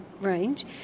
range